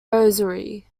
rosary